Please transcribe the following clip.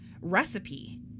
recipe